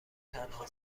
تنها